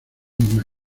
misma